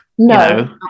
No